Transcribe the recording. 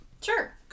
Sure